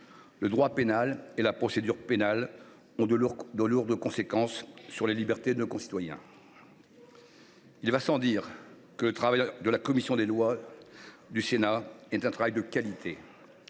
Le droit pénal et la procédure pénale emportent de lourdes conséquences sur les libertés de nos concitoyens. Il va sans dire que le travail de la commission des lois du Sénat est de grande qualité.